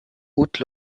haute